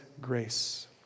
grace